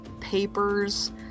papers